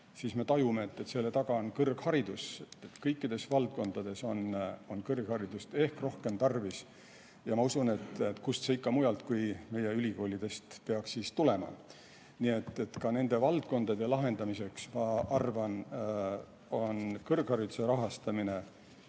et me tajume, et kõige taga on kõrgharidus. Kõikides valdkondades on kõrgharidust rohkem tarvis. Ja ma usun, et kust mujalt see ikka kui mitte meie ülikoolidest peaks tulema. Nii et ka nende valdkondade [murede] lahendamiseks, ma arvan, on kõrghariduse rahastamine